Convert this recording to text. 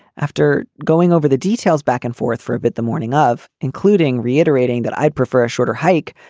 after going over the details back and forth for a bit the morning of including reiterating that i'd prefer a shorter hike.